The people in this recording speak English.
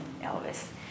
elvis